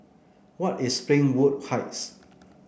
where is Springwood Heights